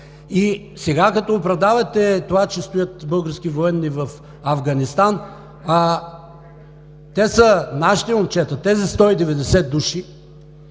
Сега, като оправдавате това, че стоят български военни в Афганистан, те са нашите момчета – тези 190 души.